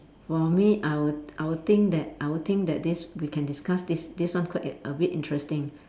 for me I would I would think that I would think that this we can discuss this this one quite a bit interesting